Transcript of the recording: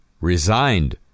resigned